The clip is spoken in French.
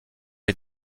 est